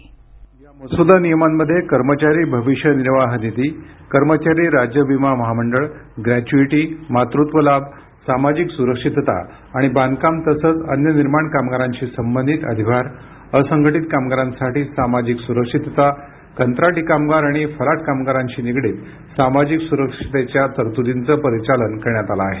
ध्वनी या मसुदा नियमांमध्ये कर्मचारी भविष्य निर्वाह निधी कर्मचारी राज्य विमा महामंडळ ग्रॅच्युईटी मातृत्व लाभ सामाजिक सुरक्षितता आणि बांधकाम तसंच अन्य निर्माण कामगारांशी संबंधित अधिभार असंघटित कामगारांसाठी सामाजिक सुरक्षितता कंत्राटी कामगार आणि फलाट कामगारांशी निगडीत सामाजिक सुरक्षिततेच्या तरतुदींचं परिचालन करण्यात आलं आहे